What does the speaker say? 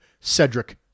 cedric